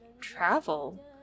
travel